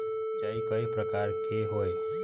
सिचाई कय प्रकार के होये?